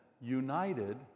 united